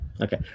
Okay